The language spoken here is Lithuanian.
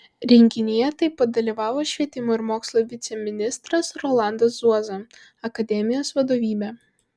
renginyje taip pat dalyvavo švietimo ir mokslo viceministras rolandas zuoza akademijos vadovybė